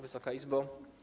Wysoka Izbo!